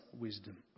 wisdom